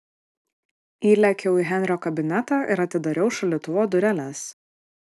įlėkiau į henrio kabinetą ir atidariau šaldytuvo dureles